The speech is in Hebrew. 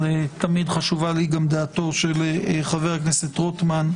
אבל תמיד חשובה לי גם דעתו של חבר הכנסת רוטמן.